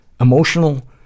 emotional